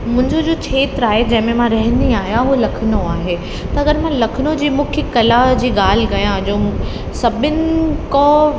मुंहिंजो जो खेत्रु आहे जंहिं में मां रहंदी आहियां हू लखनऊ आहे त अगरि मां लखनऊ जी मुख्य कला जी ॻाल्हि कया जो सभिनी खां